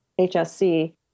HSC